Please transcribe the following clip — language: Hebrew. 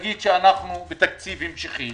להגיד שאנחנו בתקציב המשכי